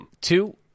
two